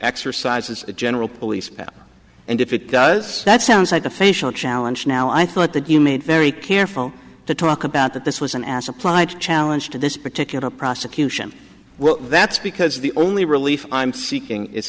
exercises the general police and if it does that sounds like a facial challenge now i thought that you made very careful to talk about that this was an ass applied challenge to this particular prosecution well that's because the only relief i'm seeking is